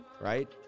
right